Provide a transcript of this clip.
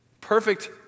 Perfect